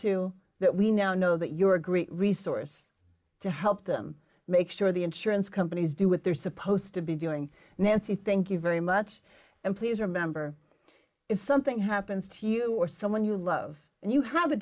to that we now know that you're a great resource to help them make sure the insurance companies do what they're supposed to be doing nancy thank you very much and please remember if something happens to you or someone you love and you have a